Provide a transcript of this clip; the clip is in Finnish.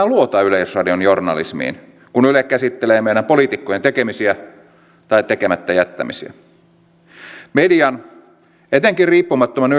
luota yleisradion journalismiin kun yle käsittelee meidän poliitikkojen tekemisiä tai tekemättä jättämisiä median etenkin riippumattoman